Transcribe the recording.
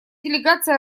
делегация